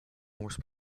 horse